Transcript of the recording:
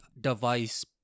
device